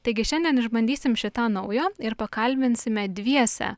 taigi šiandien išbandysim šį tą naujo ir pakalbinsime dviese